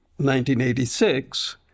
1986